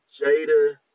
Jada